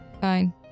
Fine